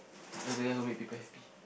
as the guy who made people happy